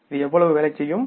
இது எவ்வளவு வேலை செய்யும்